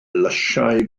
lysiau